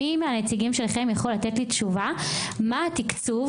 מי מהנציגים שלכם יכול לתת לי תשובה מה התקצוב